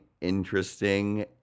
interesting